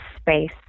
space